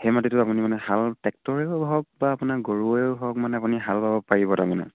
সেই মাটিটো আপুনি মানে হাল ট্ৰেক্টৰেও হওক বা আপোনাৰ গৰুৱেও হওক মানে আপুনি হাল বাব পাৰিব তাৰমানে